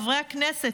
חברי הכנסת,